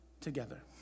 together